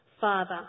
Father